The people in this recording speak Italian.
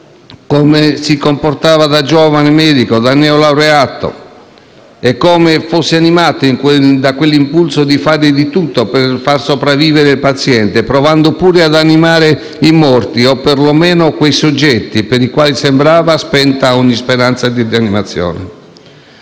come si comportava da giovane neolaureato in medicina e come fosse animato da quell'impulso di fare di tutto per far sopravvivere il paziente, provando pure ad «animare i morti» o perlomeno quei soggetti per i quali sembrava spenta ogni speranza di rianimazione.